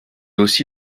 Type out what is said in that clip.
aussi